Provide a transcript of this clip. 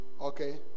Okay